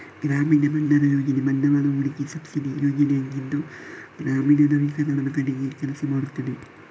ಗ್ರಾಮೀಣ ಭಂಡಾರ ಯೋಜನೆ ಬಂಡವಾಳ ಹೂಡಿಕೆ ಸಬ್ಸಿಡಿ ಯೋಜನೆಯಾಗಿದ್ದು ಗ್ರಾಮೀಣ ನವೀಕರಣದ ಕಡೆಗೆ ಕೆಲಸ ಮಾಡುತ್ತದೆ